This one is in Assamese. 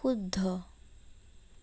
শুদ্ধ